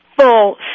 full